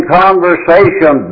conversation